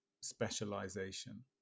specialization